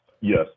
yes